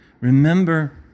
Remember